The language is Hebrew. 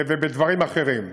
ובדברים אחרים.